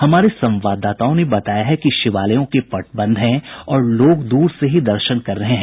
हमारे संवाददाताओं ने बताया है कि शिवालयों के पट बंद हैं और लोग दूर से ही दर्शन कर रहे हैं